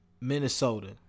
Minnesota